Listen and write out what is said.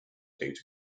data